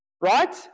Right